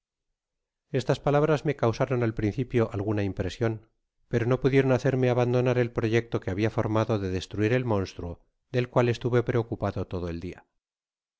estas palabras me causaron al principio alguna impresion pero no pudieron hacerme abandonar el proyecto que habia formado de destruir el mónstruo del cual estuve preocupado todo el dia